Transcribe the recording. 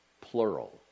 plural